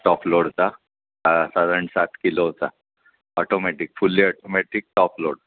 top लोडचा साधारण सात किलोचा automatic fully automatic top load